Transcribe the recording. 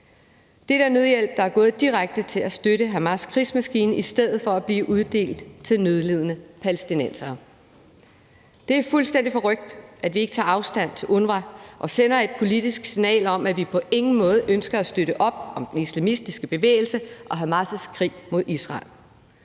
Dette er nødhjælp, der er gået direkte til at støtte Hamas' krigsmaskine i stedet for at blive uddelt til nødlidende palæstinensere. Det er fuldstændig forrykt, at vi ikke tager afstand fra UNRWA og sender et politisk signal om, at vi på ingen måde ønsker at støtte op om den islamistiske bevægelse og Hamas' krig mod Israel.